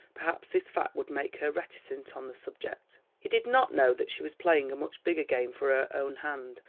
perhaps this fact would make her reticent on the subject. he did not know that she was playing a much bigger game for her own hand,